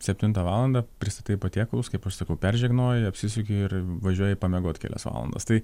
septintą valandą pristatai patiekalus kaip aš sakau peržegnoji apsisuki ir važiuoji pamiegot kelias valandas tai